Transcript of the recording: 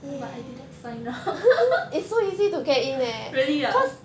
but I didn't sign up really ah